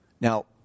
Now